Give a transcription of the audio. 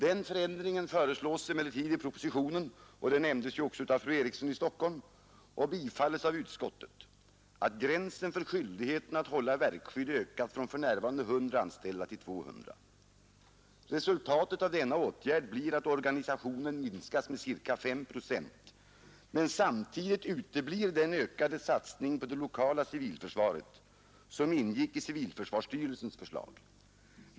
Den förändringen föreslås emellertid i propositionen — detta nämndes ju också av fru Eriksson i Stockholm — och tillstyrks av utskottet, att gränsen för skyldigheten att hålla verkskydd ökar från för närvarande 100 anställda till 200. Resultatet av denna åtgärd blir att organisationen minskas med ca 5 procent, men samtidigt uteblir den ökade satsning på det lokala civilförsvaret som ingick i civilförsvarsstyrelsens förslag.